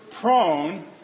prone